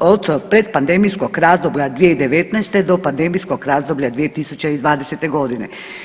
od pretpandemijskog razdoblja 2019. do pandemijskog razdoblja 2020. godine.